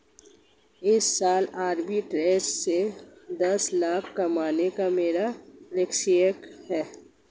इस साल आरबी ट्रेज़ से दस लाख कमाने का मेरा लक्ष्यांक है